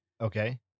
Okay